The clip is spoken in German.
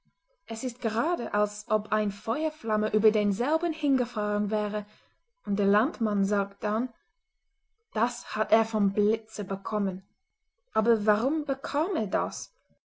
es ist gerade als ob eine feuerflamme über denselben hingefahren wäre und der landmann sagt dann das hat er vom blitze bekommen aber warum bekam er das